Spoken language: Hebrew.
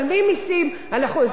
אנחנו אזרחים נאמנים,